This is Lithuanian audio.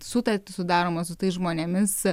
sutartis sudaromos su tais žmonėmis